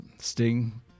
Sting